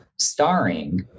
starring